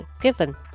given